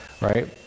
right